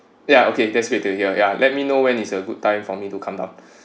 ya okay that's great to hear ya let me know when is a good time for me to come down